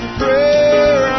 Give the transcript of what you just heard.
prayer